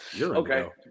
Okay